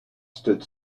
stood